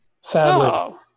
Sadly